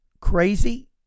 crazy